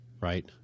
right